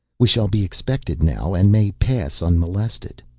we shall be expected now and may pass unmolested.